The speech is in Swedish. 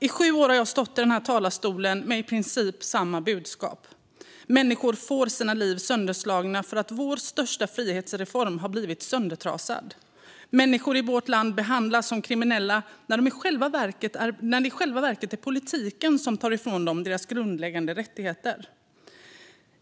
I sju år har jag stått i denna talarstol med i princip samma budskap. Människor får sina liv sönderslagna därför att vår största frihetsreform har blivit söndertrasad. Människor i vårt land behandlas som kriminella när det i själva verket är politiken som tar ifrån dem deras grundläggande rättigheter.